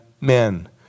men